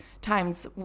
times